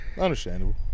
understandable